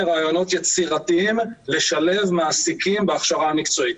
רעיונות יצירתיים לשלב מעסיקים בהכשרה המקצועית.